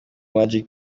magic